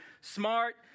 smart